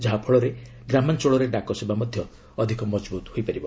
ଯାହାଫଳରେ ଗ୍ରାମାଞ୍ଚଳରେ ଡାକ ସେବା ମଧ୍ୟ ଅଧିକ ମଜବୁତ୍ ହୋଇପାରିବ